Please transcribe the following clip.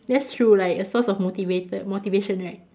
that's true like a source of motivated motivation right